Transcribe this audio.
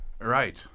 Right